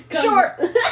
Sure